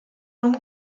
from